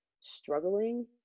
struggling